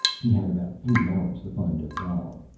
he had about three hours to find odal.